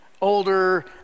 Older